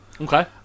Okay